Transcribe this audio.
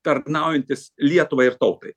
tarnaujantis lietuvai ir tautai